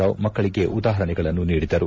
ರಾವ್ ಮಕ್ಕಳಿಗೆ ಉದಾಹರಣೆಗಳನ್ನು ನೀಡಿದರು